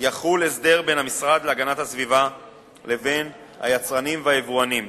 יחול הסדר בין המשרד להגנת הסביבה לבין היצרנים והיבואנים,